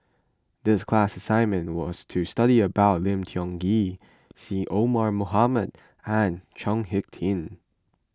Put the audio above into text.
the class assignment was to study about Lim Tiong Ghee Syed Omar Mohamed and Chao Hick Tin